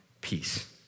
peace